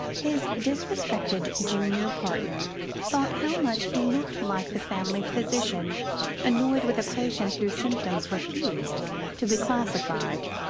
his disrespectful junior partner thought how much he looked like the family physician annoyed with a patient whose symptoms refuse to be classified.